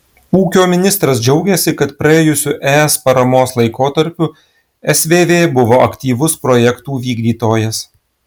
ūkio ministras džiaugėsi kad praėjusiu es paramos laikotarpiu svv buvo aktyvus projektų vykdytojas